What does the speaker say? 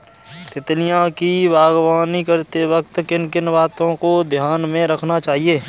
तितलियों की बागवानी करते वक्त किन किन बातों को ध्यान में रखना चाहिए?